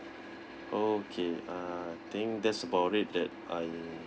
okay I think that's about it that I'm